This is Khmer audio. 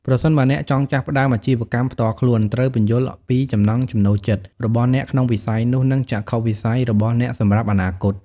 ប្រសិនបើអ្នកចង់ចាប់ផ្ដើមអាជីវកម្មផ្ទាល់ខ្លួន ត្រូវពន្យល់ពី ចំណង់ចំណូលចិត្ត របស់អ្នកក្នុងវិស័យនោះ និង ចក្ខុវិស័យ របស់អ្នកសម្រាប់អនាគត។